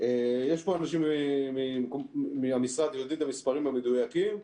יש פה אנשים מהמשרד שיודעים את המספרים המדויקים.